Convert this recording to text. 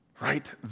right